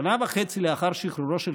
שנה וחצי לאחר שחרורו של